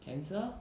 cancer